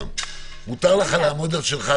מותר לך לעמוד על שלך,